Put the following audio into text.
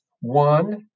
One